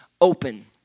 open